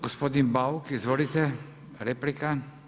Gospodin Bauk, izvolite replika.